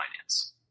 finance